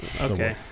Okay